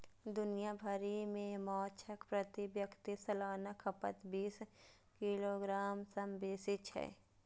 दुनिया भरि मे माछक प्रति व्यक्ति सालाना खपत बीस किलोग्राम सं बेसी छै